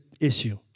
issue